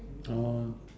oh